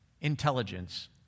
intelligence